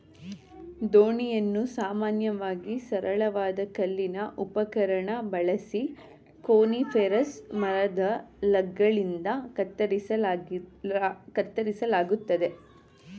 ದೋಣಿಯನ್ನು ಸಾಮಾನ್ಯವಾಗಿ ಸರಳವಾದ ಕಲ್ಲಿನ ಉಪಕರಣ ಬಳಸಿ ಕೋನಿಫೆರಸ್ ಮರದ ಲಾಗ್ಗಳಿಂದ ಕತ್ತರಿಸಲಾಗ್ತದೆ